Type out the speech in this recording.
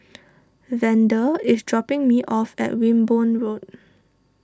Vander is dropping me off at Wimborne Road